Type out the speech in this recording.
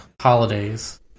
holidays